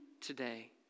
today